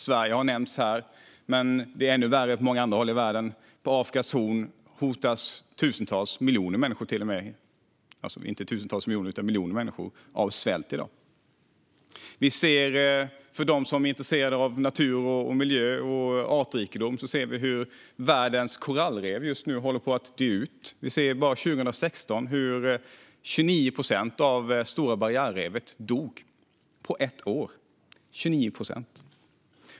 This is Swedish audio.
Sverige har nämnts här, men det är ännu värre på många andra håll i världen. På Afrikas horn hotas miljoner människor av svält i dag. Vi ser - det säger jag till dem som är intresserade av natur, miljö och artrikedom - hur världens korallrev just nu håller på att dö ut. År 2016 kunde vi se hur 29 procent av Stora barriärrevet dog - på ett år.